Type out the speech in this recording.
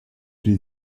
die